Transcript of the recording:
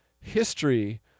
history